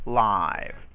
live